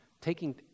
taking